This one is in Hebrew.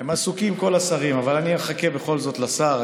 הם עסוקים, כל השרים, אבל אני אחכה בכל זאת לשר.